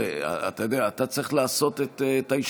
אתה יודע, אתה צריך לעשות את ההשתדלות.